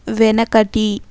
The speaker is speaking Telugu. వెనకటి